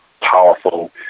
powerful